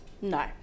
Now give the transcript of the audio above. no